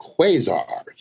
quasars